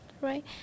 right